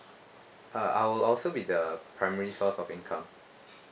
uh I'll also be the primary source of income